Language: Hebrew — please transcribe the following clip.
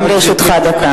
גם לרשותך דקה.